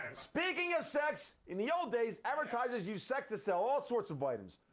and speaking of sex, in the old days, advertisers used sex to sell all sorts of items.